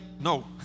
No